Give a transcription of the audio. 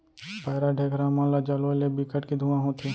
पैरा, ढेखरा मन ल जरोए ले बिकट के धुंआ होथे